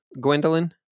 Gwendolyn